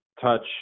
touch